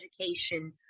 education